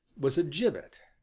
was a gibbet,